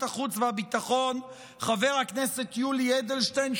החוץ והביטחון חבר הכנסת יולי אדלשטיין,